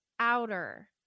outer